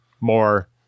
more